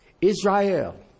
Israel